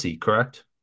correct